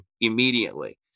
immediately